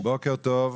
בוקר טוב.